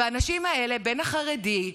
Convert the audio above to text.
בין החרדי,